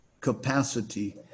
capacity